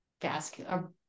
vascular